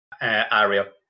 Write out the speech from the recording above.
area